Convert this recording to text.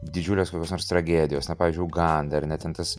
didžiulės kokios nors tragedijos na pavyzdžiui uganda ar ne ten tas